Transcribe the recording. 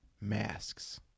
masks